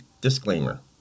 disclaimer